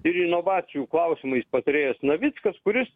ir inovacijų klausimais patarėjas navickas kuris